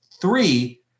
Three